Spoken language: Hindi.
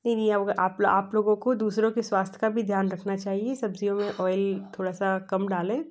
नहीं नहीं आप आप लोगों को दूसरों के स्वास्थय का भी ध्यान रखना चाहिए सब्ज़ियों में ऑइल थोड़ा सा कम डालें